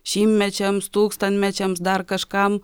šimtmečiams tūkstantmečiams dar kažkam